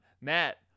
Matt